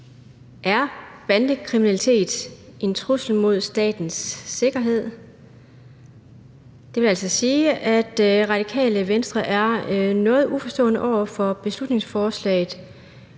om bandekriminalitet er en trussel mod statens sikkerhed. Det Radikale Venstre er her noget uforstående over for beslutningsforslaget,